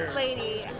lady!